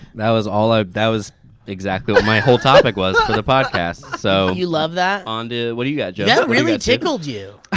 that was all i. that was exactly what my whole topic was for the podcast, so you love that? on to, what do you got joe? that yeah really tickled you.